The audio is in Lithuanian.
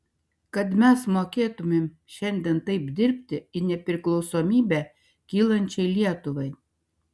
kad mes mokėtumėm šiandien taip dirbti į nepriklausomybę kylančiai lietuvai